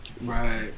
Right